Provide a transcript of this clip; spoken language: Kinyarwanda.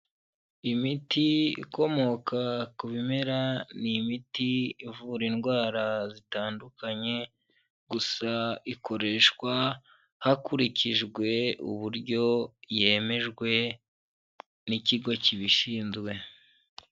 Imiti ikomoka ,ku bimera,n' imiti ivura indwara zitandukanye, gusa ikoreshwa hakurikijwe uburyo yemejwe n' ikigo kibishinzwe.